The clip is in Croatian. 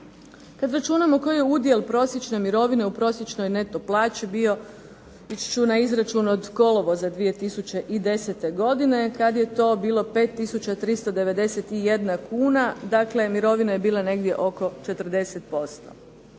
Kad računamo koji je udjel prosječne mirovine u prosječnoj neto plaći bio ići ću na izračun od kolovoza 2010. godine kad je to bilo 5 391 kuna, dakle mirovina je bila negdje oko 40%.